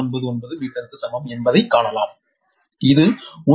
599 மீட்டருக்கு சமம் என்பதைக் காணலாம் இது உண்மையில் 12